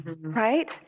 Right